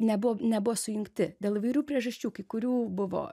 nebuvo nebuvo sujungti dėl įvairių priežasčių kai kurių buvo